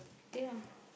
eh ya